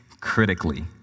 critically